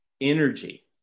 energy